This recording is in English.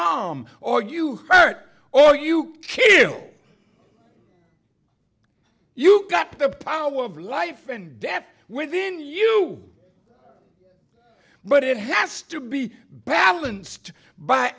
or you hurt or you kill you you got the power of life and death within you but it has to be balanced by